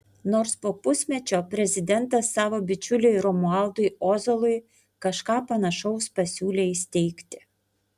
nors po pusmečio prezidentas savo bičiuliui romualdui ozolui kažką panašaus pasiūlė įsteigti